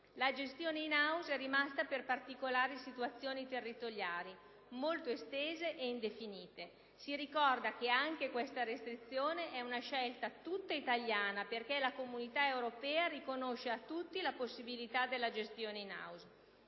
La gestione *in* *house* è rimasta per particolari situazioni territoriali, molto estese ed indefinite; si ricorda che anche questa restrizione è una scelta tutta italiana, perché l'Unione europea riconosce a tutti la possibilità della gestione *in*